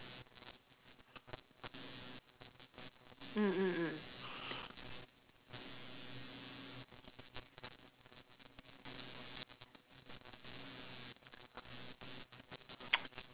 mm mm mm